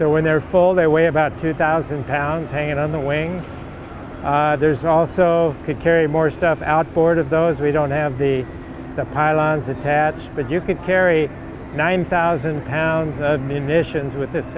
so when they're full they weigh about two thousand pounds hanging on the wing there's also could carry more stuff outboard of those we don't have the pylons attached but you could carry nine thousand pounds of munitions with this